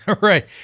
Right